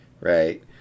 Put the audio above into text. right